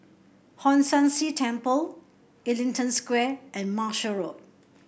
Hong San See Temple Ellington Square and Marshall Road